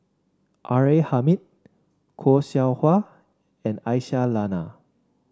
R A Hamid Khoo Seow Hwa and Aisyah Lyana